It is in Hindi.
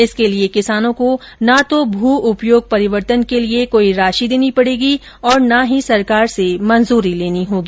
इसके लिये किसानों को ना तो भू उपयोग परिवर्तन के लिये राशि देनी होगी और ना ही सरकार से मंजूरी लेनी होगी